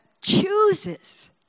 chooses